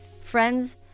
friends